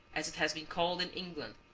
as it has been called in england,